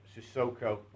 Sissoko